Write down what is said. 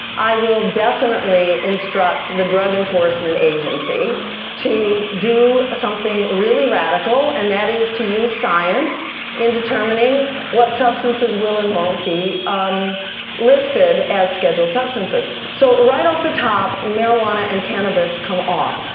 i will definitely instruct the drug enforcement agency to do something really radical, and that is to use science in determining what substances will and won't be um listed as scheduled substances. so right off the top, marijuana, and cannabis comes off.